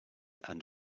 and